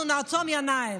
אנחנו נעצום עיניים.